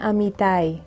Amitai